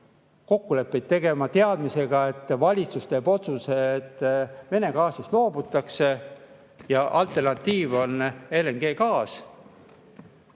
kokkuleppeid tegema teadmisega, et valitsus teeb otsuse, et Vene gaasist loobutakse ja alternatiiv on LNG.